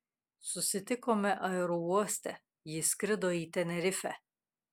susitikome aerouoste ji skrido į tenerifę